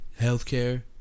Healthcare